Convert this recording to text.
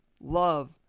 love